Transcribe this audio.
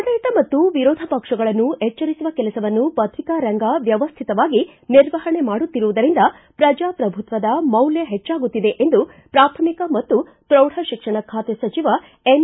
ಆಡಳಿತ ಮತ್ತು ವಿರೋಧ ಪಕ್ಷಗಳನ್ನು ಎಚ್ಚರಿಸುವ ಕೆಲಸವನ್ನು ಪ್ರತಿಕಾ ರಂಗ ವ್ಯವಸ್ಥಿತವಾಗಿ ನಿರ್ವಹಣೆ ಮಾಡುತ್ತಿರುವುದಿಂದ ಪ್ರಜಾಪ್ರಭುತ್ವದ ಮೌಲ್ಯ ಹೆಚ್ಚಾಗುತ್ತಿದೆ ಎಂದು ಪ್ರಾಥಮಿಕ ಮತ್ತು ಪ್ರೌಢ ಶಿಕ್ಷಣ ಖಾತೆ ಸಚಿವ ಎನ್